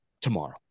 tomorrow